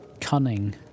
cunning